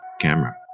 camera